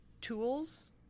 Tools